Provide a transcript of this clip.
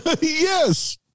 yes